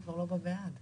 הצבעה לא אושר לא התקבל.